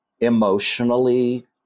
emotionally